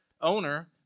owner